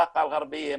באקה אל גרבייה,